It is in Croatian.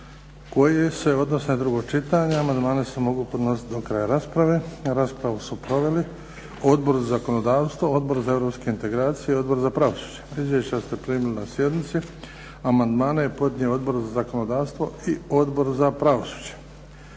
koje se odnose na drugo čitanje, amandmani se mogu podnositi do kraja rasprave. Raspravu su proveli Odbor za zakonodavstvo, Odbor za Europske integracije, Odbor za pravosuđe. Izvješća ste primili na sjednici. Amandmane su podnijeli Odbor za zakonodavstvo i Odbor za pravosuđe.